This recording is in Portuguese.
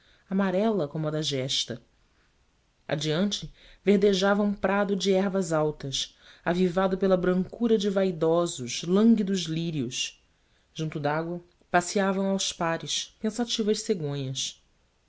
amarela como a da giesta adiante verdejava um prado de ervas altas avivado pela brancura de vaidosos lânguidos lírios junto da água passeavam aos pares pensativas cegonhas